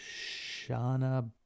Shana